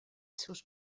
seus